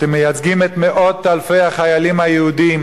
אתם מייצגים את מאות אלפי החיילים היהודים